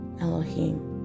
Elohim